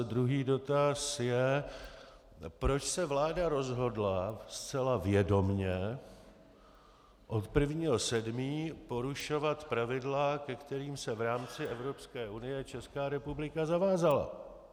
Druhý dotaz je, proč se vláda rozhodla zcela vědomě od 1. 7. porušovat pravidla, ke kterým se v rámci Evropské unie Česká republika zavázala.